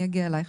אני אגיע אלייך.